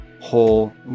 whole